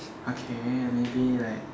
okay maybe like